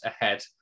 ahead